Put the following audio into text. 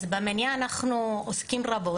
אז במניעה אנחנו עוסקים רבות.